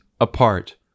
apart